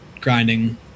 grinding